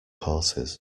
horses